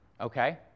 okay